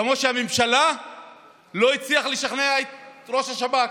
כמו שהממשלה לא הצליחה לשכנע את ראש השב"כ.